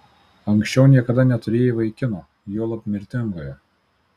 anksčiau niekada neturėjai vaikino juolab mirtingojo